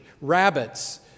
Rabbits